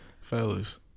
Fellas